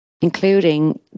including